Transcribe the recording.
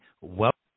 Welcome